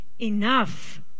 enough